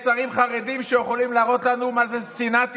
יש שרים חרדים שיכולים להראות לנו מה זה שנאת ישראל,